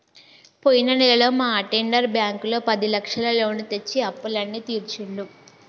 పోయిన నెలలో మా అటెండర్ బ్యాంకులో పదిలక్షల లోను తెచ్చి అప్పులన్నీ తీర్చిండు